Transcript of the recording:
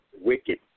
wicked